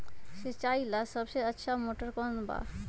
सिंचाई ला सबसे अच्छा मोटर कौन बा?